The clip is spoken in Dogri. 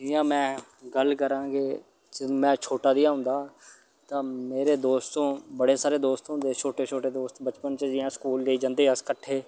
जियां मै गल्ल करां के जदूं मैं छोटा जेहा होंदा तां मेरे दोस्त हो बड़े सारे दोस्त होंदे छोटे छोटे दोस्त बचपन च जि'यां गे स्कूल जंदे हे अस कट्ठे